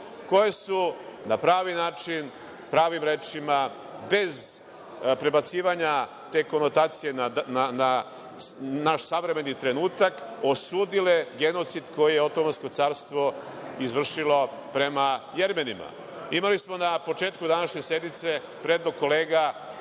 koje su na pravi način, pravim rečima bez prebacivanja te konotacije na naš savremeni trenutak osudile genocid koji je Otomansko carstvo izvršilo prema Jermenima. Imali smo na početku današnje sednice predlog kolega